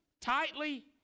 tightly